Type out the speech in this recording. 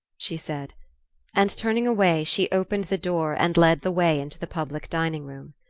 she said and turning away she opened the door and led the way into the public dining-room.